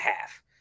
half